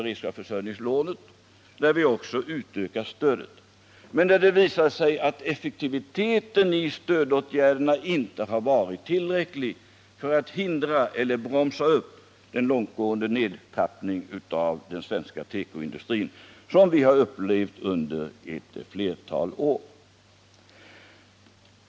beredskapsförsörjningslånet, där vi också utökar stödet men där det visar sig att effektiviteten i stödåtgärderna inte har varit tillräckliga för att hindra eller bromsa upp den långtgående nedtrappning av den svenska tekoindustrin som vi upplevt under ett flertal år?